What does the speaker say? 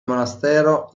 monastero